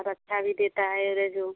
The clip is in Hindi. और अच्छा भी देता है एवरेज वह